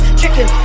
chicken